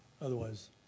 otherwise